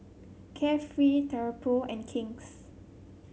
Carefree Travelpro and King's